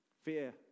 Fear